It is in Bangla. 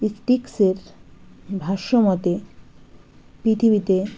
ইসটিক্সের ভাষ্য মতে পৃথিবীতে